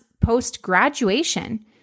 post-graduation